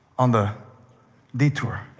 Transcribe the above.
on the detour,